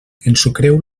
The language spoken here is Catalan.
ensucreu